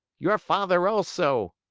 your father also!